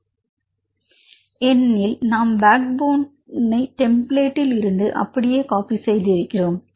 மாணவர் ஏனெனில் backbone ஒத்து இருந்தது ஏனெனில் நாம் பேக் போனை டெம்ப்ளேட்டில் இருந்து அப்படியே காப்பி செய்து இருக்கிறோம்